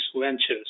Ventures